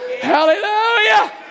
Hallelujah